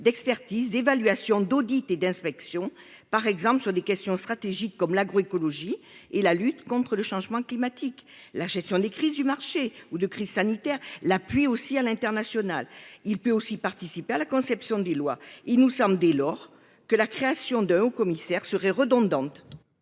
d'expertise d'évaluation, d'audit et d'inspection par exemple sur les questions stratégiques, comme l'agro-écologie et la lutte contre le changement climatique, la gestion des crises du marché ou de crise sanitaire, la pluie aussi à l'international. Il peut aussi participé à la conception des lois il nous sommes dès lors que la création d'un Haut commissaire serait redondante.